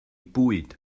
bwyd